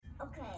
Okay